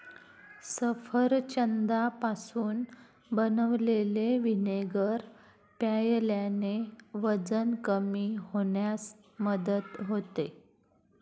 सफरचंदापासून बनवलेले व्हिनेगर प्यायल्याने वजन कमी होण्यास मदत होते